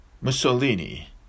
Mussolini